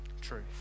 truth